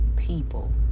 people